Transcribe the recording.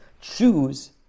choose